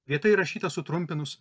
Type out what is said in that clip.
vieta įrašyta sutrumpinus